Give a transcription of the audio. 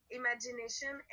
imagination